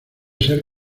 ser